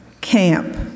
Camp